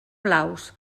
blaus